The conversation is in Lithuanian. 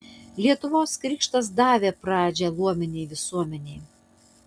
lietuvos krikštas davė pradžią luominei visuomenei